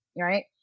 right